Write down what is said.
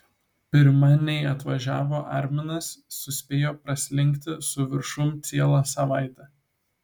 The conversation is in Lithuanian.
pirma nei atvažiavo arminas suspėjo praslinkti su viršum ciela savaitė